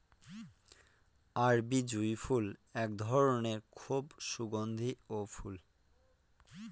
আরবি জুঁই ফুল এক ধরনের খুব সুগন্ধিও ফুল